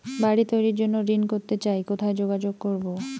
বাড়ি তৈরির জন্য ঋণ করতে চাই কোথায় যোগাযোগ করবো?